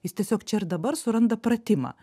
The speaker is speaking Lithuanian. jis tiesiog čia ir dabar suranda pratimą